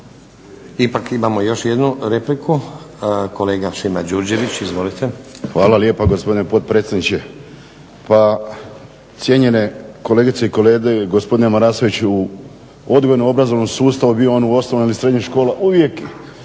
Ipak imamo još jednu repliku, kolega Šima Đurđević. Izvolite. **Đurđević, Šimo (HDZ)** Hvala lijepo gospodine potpredsjedniče. Pa cijenjene kolegice i kolege, gospodine Marasoviću. Odgojno obrazovnom sustavu bio on u osnovnim ili srednjih škola uvijek